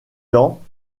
dans